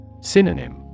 Synonym